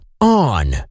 On